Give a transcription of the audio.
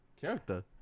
character